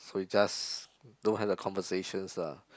so is just don't have the conversations lah